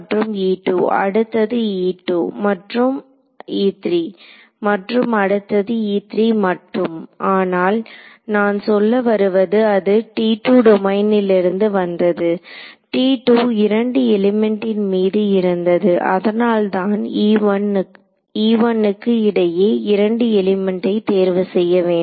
மற்றும் அடுத்தது மற்றும் மற்றும் அடுத்தது மட்டும் ஆனால் நான் சொல்ல வருவது அது டொமைனிலிருந்து வந்தது 2 எலிமெண்ட்டின் மீது இருந்தது அதனால்தான் நான் க்கு இடையே 2 எலிமெண்ட்டை தேர்வு செய்ய வேண்டும்